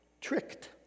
tricked